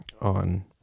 on